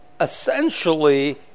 Essentially